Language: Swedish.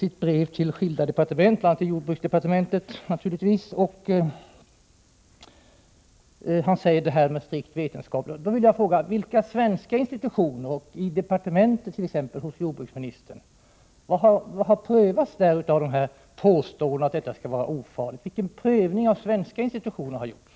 I brevet till bl.a. jordbruksdepartementet talar Boge alltså om att det från strikt vetenskaplig synpunkt inte finns någonting som talar emot fortsatt dumpning. Då vill jag fråga: Vilken prövning har man inom svenska institutioner och inom departementet gjort med anledning av påståendet att dumpning skulle vara ofarlig?